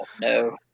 No